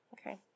okay